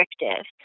restrictive